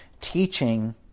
teaching